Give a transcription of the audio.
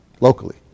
Locally